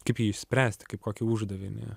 kaip jį išspręsti kaip kokį uždavinį